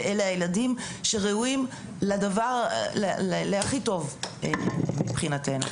ואלה הילדים שראויים להכי טוב מבחינתנו.